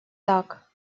так